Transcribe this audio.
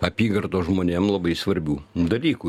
apygardos žmonėm labai svarbių dalykų